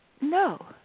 no